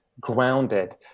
grounded